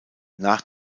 nach